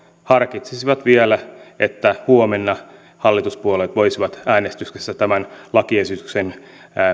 harkitsisivat vielä että huomenna hallituspuolueet voisivat äänestyksessä tämän lakiesityksen